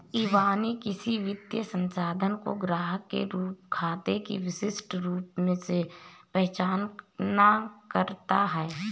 इबानी किसी वित्तीय संस्थान में ग्राहक के खाते की विशिष्ट रूप से पहचान करता है